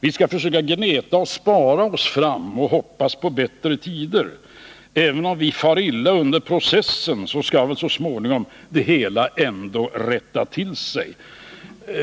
Vi skall försöka gneta och spara oss fram och hoppas på bättre tider. Även om vi far illa under processen, så skall väl så småningom det hela ändå rätta till sig.